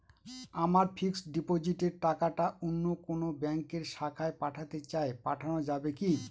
আমার ফিক্সট ডিপোজিটের টাকাটা অন্য কোন ব্যঙ্কের শাখায় পাঠাতে চাই পাঠানো যাবে কি?